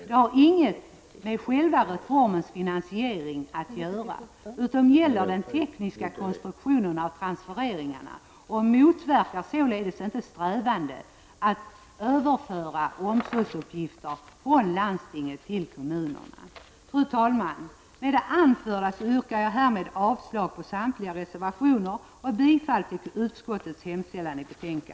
Fru talman! Tycker inte Ingegerd Anderlund att det hade varit bra om statsrådet i propositionen hade förklarat vad han menar med att kommunaliseringen av omsorgen och särskolan kan påverka de statliga åtagandena inom skatteutjämningssystemet? Vilka pengar är det han avser? Har Ingegerd Anderlund kommit underfund med detta?